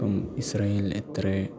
ഇപ്പം ഇസ്രയിൽ എത്ര